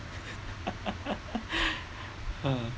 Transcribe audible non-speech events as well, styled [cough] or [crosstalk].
[laughs] ha